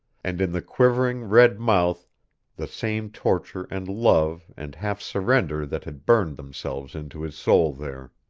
and in the quivering red mouth the same torture and love and half-surrender that had burned themselves into his soul there.